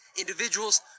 Individuals